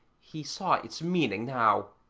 he saw its meaning now.